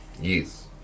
Yes